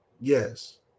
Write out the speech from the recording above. yes